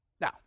Now